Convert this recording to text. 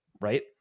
right